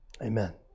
Amen